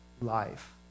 life